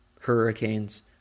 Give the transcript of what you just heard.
hurricanes